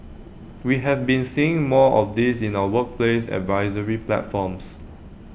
we have been seeing more of this in our workplace advisory platforms